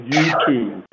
YouTube